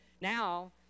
now